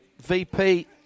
VP